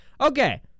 Okay